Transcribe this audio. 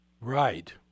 Right